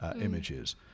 images